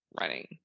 running